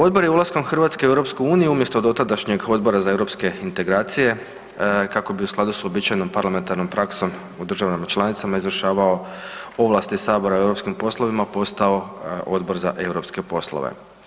Odbor je ulaskom Hrvatske u EU umjesto dotadašnjeg odbora za europske integracije kako bi u skladu s uobičajenom parlamentarnom praksom u državama članicama izvršavao ovlasti sabora u europskim poslovima postao Odbor za europske poslove.